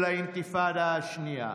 של האינתיפאדה השנייה.